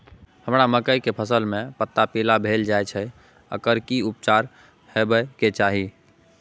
हमरा मकई के फसल में पता पीला भेल जाय छै एकर की उपचार होबय के चाही?